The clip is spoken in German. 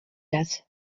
das